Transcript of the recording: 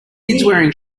wearing